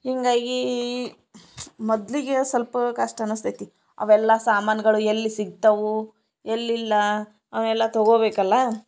ಹೀಗಾಗಿ ಮೊದಲಿಗೆ ಸ್ವಲ್ಪ ಕಷ್ಟ ಅನ್ನಿಸ್ತೈತೆ ಅವೆಲ್ಲ ಸಾಮಾನುಗಳು ಎಲ್ಲಿ ಸಿಗ್ತವೆ ಎಲ್ಲಿಲ್ಲ ಅವನ್ನೆಲ್ಲಾ ತಗೋಬೇಕಲ್ಲ